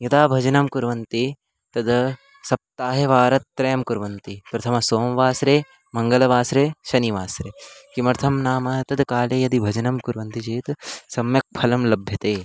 यदा भजनं कुर्वन्ति तद् सप्ताहे वारत्रयं कुर्वन्ति प्रथम सोमवासरे मङ्गलवासरे शनिवासरे किमर्थं नाम तद् काले यदि भजनं कुर्वन्ति चेत् सम्यक् फलं लभ्यते